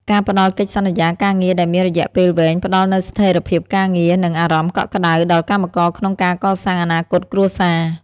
ការផ្ដល់កិច្ចសន្យាការងារដែលមានរយៈពេលវែង ផ្ដល់នូវស្ថិរភាពការងារ និងអារម្មណ៍កក់ក្ដៅដល់កម្មករក្នុងការកសាងអនាគតគ្រួសារ។